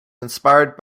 inspired